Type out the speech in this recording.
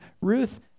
Ruth